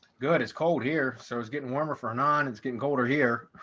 good. it's cold here. so it's getting warmer, fernand, it's getting colder here.